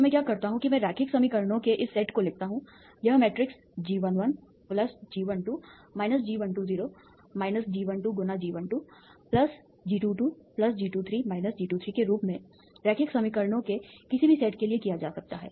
तो मैं क्या करता हूं कि मैं रैखिक समीकरणों के इस सेट को लिखता हूं यह matrix G11 G12 G120 G12 G12 G22 G23 G23 के रूप में रैखिक समीकरणों के किसी भी सेट के लिए किया जा सकता है